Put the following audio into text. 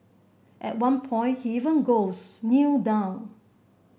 at one point he even goes Kneel down